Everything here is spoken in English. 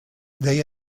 they